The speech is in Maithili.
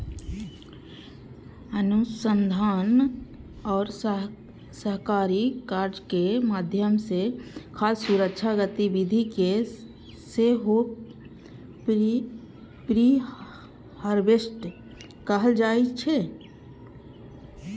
अनुसंधान आ सहकारी कार्यक माध्यम सं खाद्य सुरक्षा गतिविधि कें सेहो प्रीहार्वेस्ट कहल जाइ छै